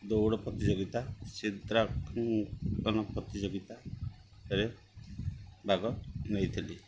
ଦୌଡ଼ ପ୍ରତିଯୋଗିତା ଚିତ୍ରାଙ୍କନ ପ୍ରତିଯୋଗିତାରେ ଭାଗ ନେଇଥିଲି